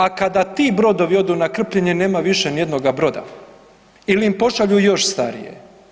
A kada ti brodovi odu na krpljenje nema više niti jednoga broda ili im pošalju još starije.